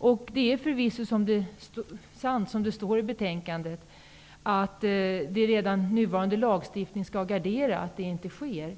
Förvisso är det som står i betänkandet sant, att redan nuvarande lagstiftning skall gardera att detta inte sker.